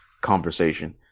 conversation